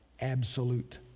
absolute